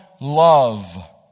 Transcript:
love